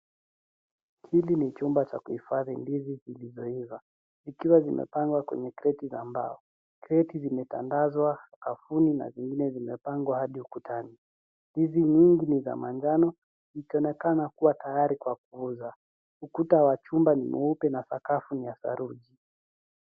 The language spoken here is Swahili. Hili ni chumba cha kuhifadhi ndizi zilizoiva ikiwa zimepangwa kwenye kreti za mbao. Kreti zimetandazwa sakafuni na zingine zimepangwa hadi ukutani. Ndizi nyingi ni za manjano, zikionekana kuwa tayari kwa kuuza. Ukuta wa chumba ni mweupe na sakafu ni ya saruji.